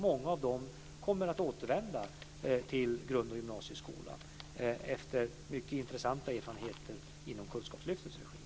Många av dem kommer att återvända till grund och gymnasieskolan efter mycket intressanta erfarenheter i Kunskapslyftets regi.